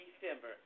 December